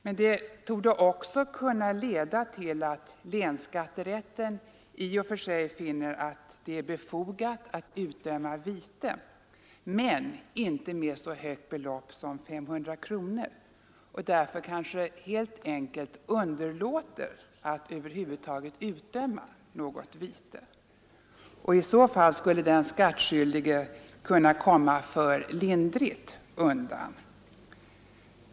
Likaså torde det kunna leda till att länsskatterätten visserligen i och för sig finner det befogat att utdöma vite men inte med så högt belopp som 500 kronor och därför helt enkelt underlåter att utdöma något vite över huvud taget — och i så fall skulle den skattskyldige komma för lindrigt undan.